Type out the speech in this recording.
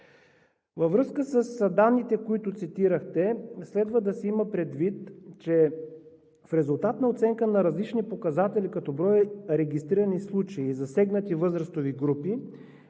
Във връзка с данните, които цитирахте, следва да се има предвид, че в резултат на оценка на различните показатели, като броя на регистрираните случаи и засегнатите възрастови групи,